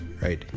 Right